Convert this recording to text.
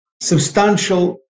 substantial